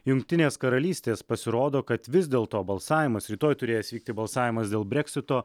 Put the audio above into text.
jungtinės karalystės pasirodo kad vis dėl to balsavimas rytoj turėjęs vykti balsavimas dėl breksito